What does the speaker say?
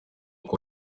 icyo